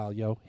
yo